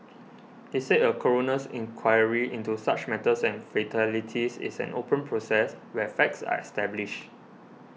he said a coroner's inquiry into such matters and fatalities is an open process where facts are established